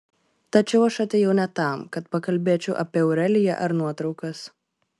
tačiau aš atėjau ne tam kad pakalbėčiau apie aureliją ar nuotraukas